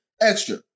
Extra